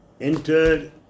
entered